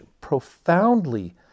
profoundly